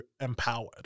empowered